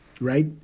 right